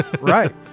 right